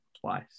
twice